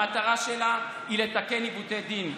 המטרה שלה היא לתקן עיוותי דין.